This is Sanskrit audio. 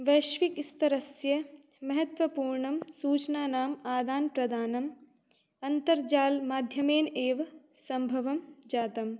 वैश्विकस्तरस्य महत्वपूर्णं सूचनानाम् आदानप्रदानम् अन्तर्जालमाध्यमेन एव सम्भवं जातम्